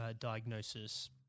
diagnosis